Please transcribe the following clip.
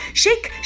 shake